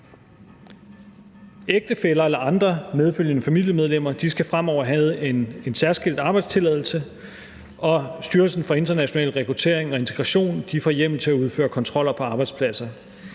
Ægtefæller eller andre medfølgende familiemedlemmer skal fremover have en særskilt arbejdstilladelse, og Styrelsen for International Rekruttering og Integration får hjemmel til at udføre kontroller på arbejdspladser.